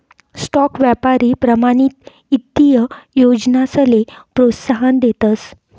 stock यापारी प्रमाणित ईत्तीय योजनासले प्रोत्साहन देतस